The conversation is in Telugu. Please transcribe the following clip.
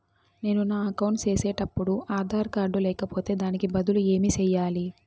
నేను నా అకౌంట్ సేసేటప్పుడు ఆధార్ కార్డు లేకపోతే దానికి బదులు ఏమి సెయ్యాలి?